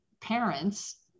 parents